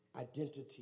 identity